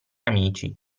amici